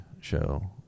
show